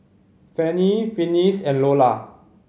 Fanny Finis and Lolla